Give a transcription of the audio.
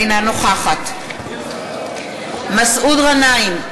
אינה נוכחת מסעוד גנאים,